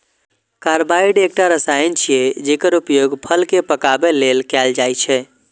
carbide एकटा रसायन छियै, जेकर उपयोग फल कें पकाबै लेल कैल जाइ छै